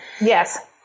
Yes